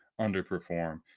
underperform